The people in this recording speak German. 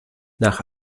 nach